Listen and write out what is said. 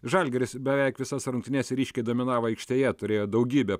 žalgiris beveik visas rungtynes ryškiai dominavo aikštėje turėjo daugybę